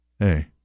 Hey